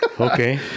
okay